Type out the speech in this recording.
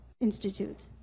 Institute